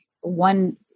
one